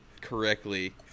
correctly